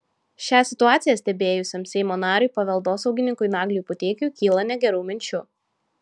šią situaciją stebėjusiam seimo nariui paveldosaugininkui nagliui puteikiui kyla negerų minčių